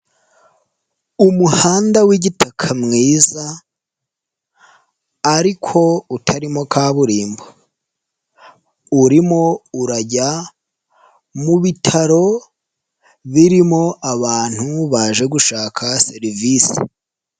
Umuhanda w'igitaka mwiza ariko utarimo kaburimbo. Urimo urajya mu bitaro birimo abantu baje gushaka serivisi.